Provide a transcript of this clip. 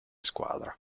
squadra